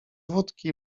wódki